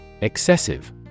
Excessive